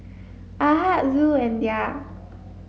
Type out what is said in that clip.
Ahad Zul and Dhia